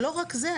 לא רק זה,